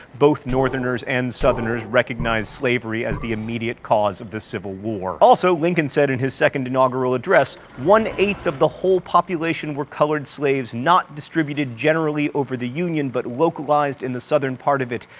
both northerners and southerners recognized slavery as the immediate cause of the civil war. also, lincoln said in his second inaugural address, one eighth of the whole population were colored slaves, not distributed generally over the union, but localized in the southern part of it.